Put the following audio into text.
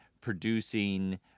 producing